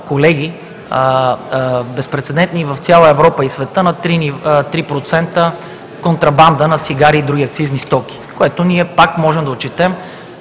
колеги, безпрецедентни в цяла Европа и света на 3% контрабанда на цигари и други акцизни стоки, които ние пак можем да отчетем